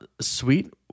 sweet